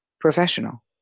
professional